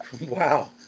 Wow